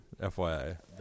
FYI